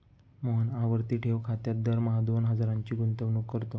मोहन आवर्ती ठेव खात्यात दरमहा दोन हजारांची गुंतवणूक करतो